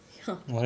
ya